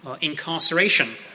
incarceration